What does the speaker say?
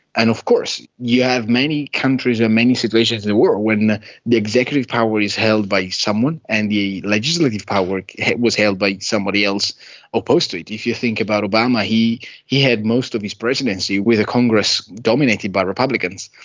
and of course you have many countries and many situations in the world when the executive power is held by someone and the legislative power was held by somebody else opposed to it, if you think about obama, he he had most of his presidency with a congress dominated by republicans,